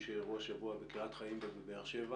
שאירעו השבוע בקריית חיים ובבאר שבע